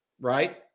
right